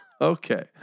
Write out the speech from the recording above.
Okay